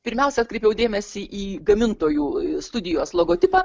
pirmiausia atkreipiau dėmesį į gamintojų studijos logotipą